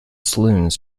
saloons